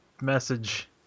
message